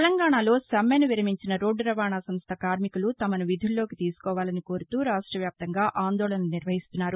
తెలంగాణాలో సమ్మెను విరమించిన రోడ్దు రవాణా సంస్ట కార్మికులు తమను విధుల్లోకి తీసుకోవాలని కోరుతూ రాష్ట్ర వ్యాప్తంగా ఆందోళనలు నిర్వహిస్తున్నారు